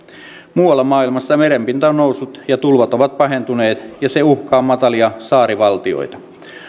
muualla maailmassa merenpinta on noussut ja tulvat ovat pahentuneet ja se uhkaa matalia saarivaltioita